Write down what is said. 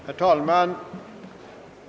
Herr talman!